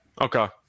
Okay